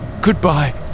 Goodbye